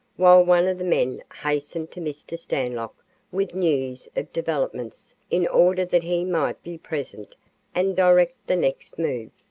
while one of the men hastened to mr. stanlock with news of developments in order that he might be present and direct the next move.